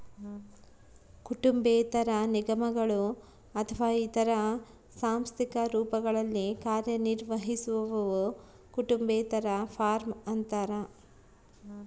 ಕುಟುಂಬೇತರ ನಿಗಮಗಳು ಅಥವಾ ಇತರ ಸಾಂಸ್ಥಿಕ ರೂಪಗಳಲ್ಲಿ ಕಾರ್ಯನಿರ್ವಹಿಸುವವು ಕುಟುಂಬೇತರ ಫಾರ್ಮ ಅಂತಾರ